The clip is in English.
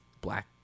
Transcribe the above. black